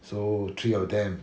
so three of them